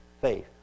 faith